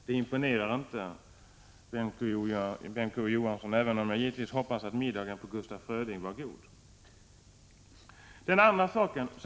Det imponerar inte, Bengt K. Å. Johansson, även om jag givetvis hoppas att middagen på Hotell Gustaf Fröding var god.